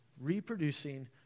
Reproducing